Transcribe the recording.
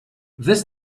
this